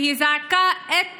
והיא זעקה את מחאתה,